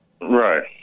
Right